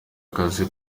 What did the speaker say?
akazi